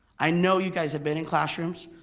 i know you guys have been in classrooms.